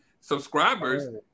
subscribers